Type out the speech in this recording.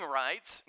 rights